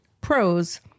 Pros